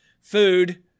Food